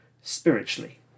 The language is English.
spiritually